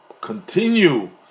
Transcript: continue